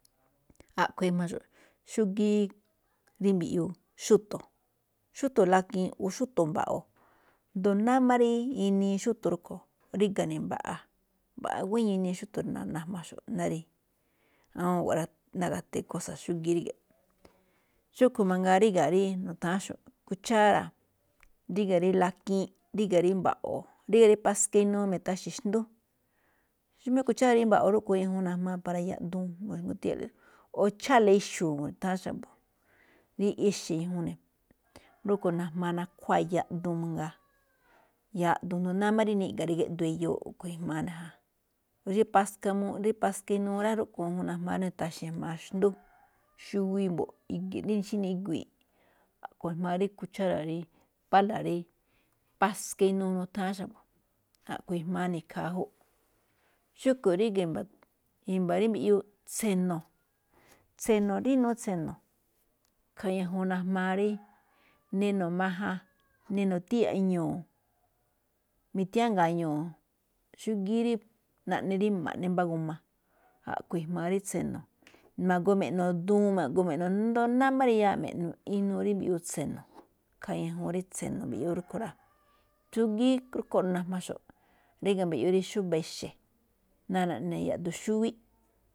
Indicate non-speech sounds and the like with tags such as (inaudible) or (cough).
A̱ꞌkhue̱n ejmaxo̱ꞌ xúgíí, mbiꞌyuu xúto̱, xúto̱ lakiinꞌ, o xúto̱ mba̱ꞌo̱, asndo náá máꞌ rí inii xúto̱ rúꞌkhue̱n ríga̱ ne̱ mbaꞌa, mbaꞌa guéño inii xúto̱, rí najmaxo̱ꞌ ná rí awúun guꞌwá rá, ná gati kósa̱ xúgíí ríge̱ꞌ. Xúꞌkhue̱n mangaa ríga̱ rí nu̱tha̱ánxo̱ꞌ kuchára̱, ríga̱ rí lakiinꞌ, ríga̱ rí mba̱ꞌo̱, ríga̱ rí paska inuu mi̱taxe̱ xndú. Xómá kuchára̱ rí mba̱ꞌo̱ rúꞌkhue̱n ñajuun najmaa para yaꞌduun, ma̱xgu̱tiya̱lóꞌ o chála ixu̱u̱ itháán xa̱bo̱, rí ixe̱ ñajuun ne̱. Rúꞌkhue̱n najmaa (noise) nakuáa yaꞌduun mangaa, yaꞌduun asndo náá máꞌ rí niꞌga̱ rí géꞌdoo eyoo a̱ꞌkhue̱n ijmaa ne̱ ja. Rí paska inuu rá, rúꞌkhue̱n ñajuun najmaa rí nitaxe̱ jma̱á xndú, (noise) xuwi mbo̱ꞌ, i̱gi̱ꞌ xí nigui̱i̱ꞌ a̱ꞌkhue̱n ejmaa kuchára̱ rí pála̱ rí paska inuu, nutháán xa̱bo̱, a̱ꞌkhue̱n ijmaa ne̱ ikhaa jú. Xúꞌkhue̱n ríga̱ i̱mba̱, (hesitation) i̱mba̱ rí mbiꞌyuu, tse̱no̱, tse̱no̱ rí inuu tse̱no̱ ikhaa ñajuun najmaa rí (noise) neno̱ majan, neno̱tíya̱ꞌ ñu̱u̱, nitiánga̱a̱ ñu̱u̱, xúgíí rí naꞌne rí ma̱ꞌne mbá g (hesitation) a, a̱ꞌkhue̱n ijmaa rí tse̱no̱, ma̱goo me̱ꞌno̱ duun, ma̱góó me̱ꞌno̱ asndo náá máꞌ rí eyaaꞌ, me̱ꞌno̱ inuu rí mbiꞌyuu tse̱no̱, ikhaa ñajuun rí mbiꞌyuu tse̱no̱, (noise) rúꞌkhue̱n rá. Xúgíí rúꞌkhue̱n najmaxo̱ꞌ, ríga̱ mbiꞌyuu, rí xúba̱ ixe̱, ná naꞌne yaꞌduun xúwíꞌ.